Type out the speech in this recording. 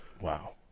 wow